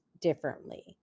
differently